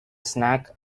snack